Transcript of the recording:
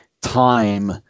time